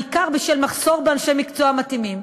בעיקר בשל מחסור באנשי מקצוע מתאימים.